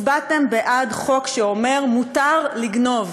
הצבעתם בעד חוק שאומר שמותר לגנוב.